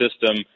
system